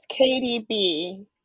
KDB